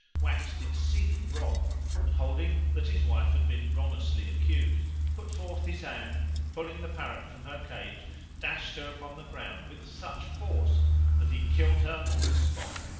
waxed exceeding wroth and, holding that his wife had been wrongously accused, put forth his hand and pulling the parrot from her cage dashed her upon the ground with such force that he killed her on the spot.